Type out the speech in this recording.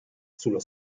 sullo